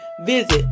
visit